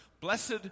Blessed